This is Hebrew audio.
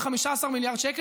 ב-15 מיליארד שקל,